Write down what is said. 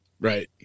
right